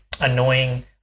annoying